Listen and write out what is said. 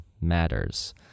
matters